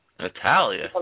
Natalia